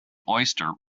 oyster